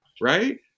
right